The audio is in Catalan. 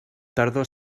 tardor